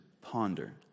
ponder